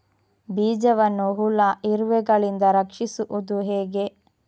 ಬೀಜವನ್ನು ಹುಳ, ಇರುವೆಗಳಿಂದ ರಕ್ಷಿಸುವುದು ಹೇಗೆ?